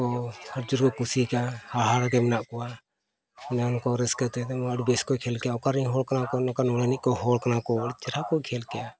ᱠᱚ ᱟᱹᱰᱤ ᱡᱳᱨ ᱠᱚ ᱠᱩᱥᱤ ᱟᱠᱟᱫᱼᱟ ᱦᱟᱦᱟᱲᱟ ᱜᱮ ᱢᱮᱱᱜ ᱠᱚᱣᱟ ᱥᱟᱱᱟᱢ ᱠᱚ ᱨᱟᱹᱥᱠᱟᱹ ᱛᱮ ᱮᱠᱫᱚᱢ ᱟᱹᱰᱤ ᱵᱮᱥ ᱠᱚ ᱠᱷᱮᱞ ᱠᱮᱜᱼᱟ ᱚᱠᱟ ᱨᱮᱱ ᱦᱚᱲ ᱠᱟᱱᱟ ᱠᱚ ᱱᱚᱝᱠᱟᱱ ᱦᱚᱲ ᱮᱱᱮᱡ ᱠᱚ ᱦᱚᱲ ᱠᱟᱱᱟ ᱠᱚ ᱟᱹᱰᱤ ᱪᱮᱦᱨᱟ ᱠᱚ ᱠᱷᱮᱞ ᱠᱮᱜᱼᱟ